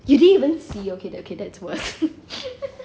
you didn't even see okay that okay that's worse